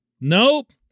Nope